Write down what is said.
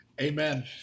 Amen